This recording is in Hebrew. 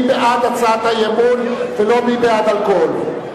מי בעד הצעת האי-אמון ולא מי בעד אלכוהול.